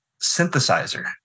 synthesizer